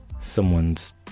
someone's